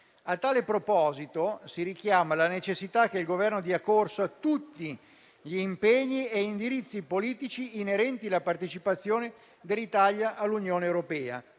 A tale proposito, si richiama la necessità che il Governo dia corso a tutti gli impegni e indirizzi politici inerenti la partecipazione dell'Italia all'Unione europea